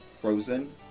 frozen